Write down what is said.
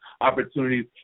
opportunities